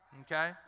okay